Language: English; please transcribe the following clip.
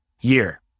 year